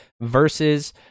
versus